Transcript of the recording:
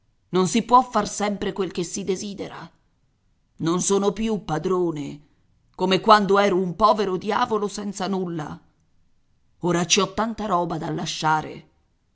non si può far sempre quel che si desidera non sono più padrone come quando ero un povero diavolo senza nulla ora ci ho tanta roba da lasciare